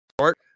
start